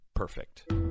Perfect